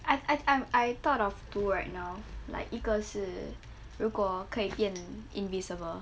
I I I'm I thought of two right now like 一个是如果可以变 invisible